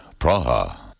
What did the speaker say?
Praha